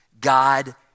God